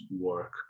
work